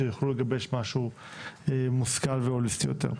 שיוכלו לגבש משהו מושכל והוליסטי יותר.